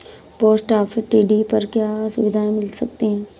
Post office TD पर क्या सुविधाएँ मिल सकती है?